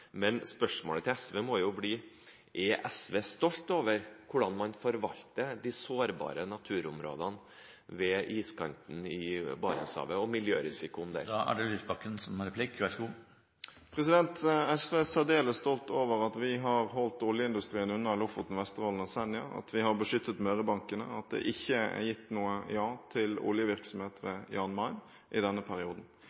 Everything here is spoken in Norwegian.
men spørsmålet til SV må jo bli: Er SV stolt over hvordan man forvalter de sårbare naturområdene ved iskanten i Barentshavet og miljørisikoen der? SV er særdeles stolt over at vi har holdt oljeindustrien unna Lofoten, Vesterålen og Senja, at vi har beskyttet Mørebankene, og at det ikke er gitt noe ja til